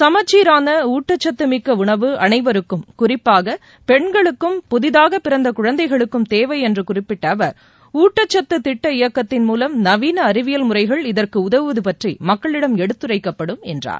சமச்சீரான ஊட்டச்சத்து மிக்க உணவு அனைவருக்கும் குறிப்பாக பெண்களுக்கும் புதிதாக பிறந்த குழந்தைகளுக்கும் தேவை என்று குறிப்பிட்ட அவர் ஊட்டச்சத்து திட்ட இயக்கத்தின் மூலம் நவீன அறிவியல் முறைகள் இதற்கு உதவுவது பற்றி மக்களிடம் எடுத்துரைக்கப்படும் என்றார்